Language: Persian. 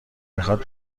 میخواد